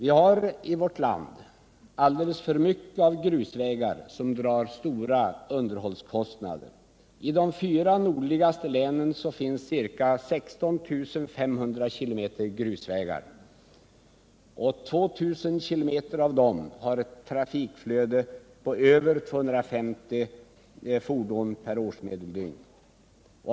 I vårt land finns alldeles för många grusvägar, som drar stora underhållskostnader. I de fyra nordligaste länen finns ca 16 500 km grusvägar. 2 000 km av dem har ett trafikflöde på över 250 fordon per årsmedeldygn.